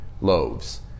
loaves